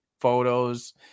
photos